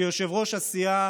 כיושב-ראש הסיעה